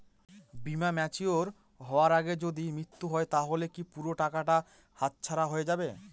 বীমা ম্যাচিওর হয়ার আগেই যদি মৃত্যু হয় তাহলে কি পুরো টাকাটা হাতছাড়া হয়ে যাবে?